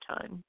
Time